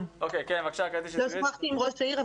לא שוחחתי עם ראש העיר,